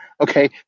okay